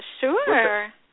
sure